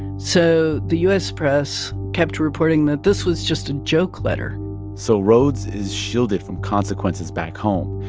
so the u s. press kept reporting that this was just a joke letter so rhoads is shielded from consequences back home,